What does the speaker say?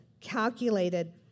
calculated